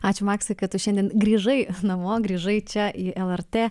ačiū maksai kad tu šiandien grįžai namo grįžai čia į lrt